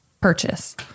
purchase